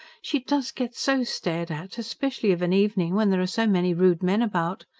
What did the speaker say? she does get so stared at especially of an evening, when there are so many rude men about.